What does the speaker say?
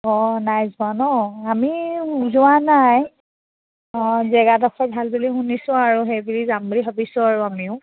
অঁ নাই যোৱা নহ্ আমিও যোৱা নাই অঁ জেগাডোখৰ ভাল বুলি শুনিছোঁ আৰু সেইবুলি যাম বুলি ভাবিছোঁ আৰু আমিও